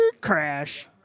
Crash